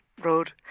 road